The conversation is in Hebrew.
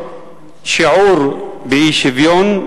שיעור באי-שוויון: